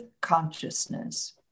consciousness